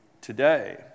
today